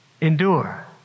endure